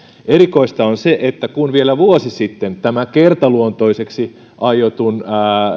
erikoista on se että kun vielä vuosi sitten tämän kertaluontoiseksi aiotun